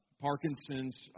Parkinson's